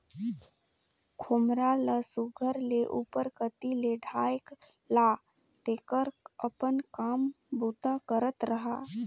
खोम्हरा ल सुग्घर ले उपर कती ले ढाएक ला तेकर अपन काम बूता करत रहा